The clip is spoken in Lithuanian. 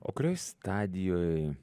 o kurioj stadijoj